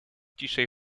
ciszej